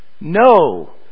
no